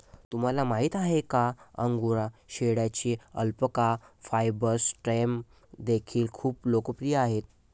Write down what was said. तुम्हाला माहिती आहे का अंगोरा शेळ्यांचे अल्पाका फायबर स्टॅम्प देखील खूप लोकप्रिय आहेत